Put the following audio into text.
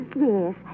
Yes